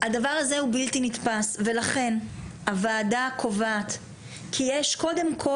הדבר הזה הוא בלתי נתפס ולכן הוועדה קובעת כי יש קודם כל